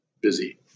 busy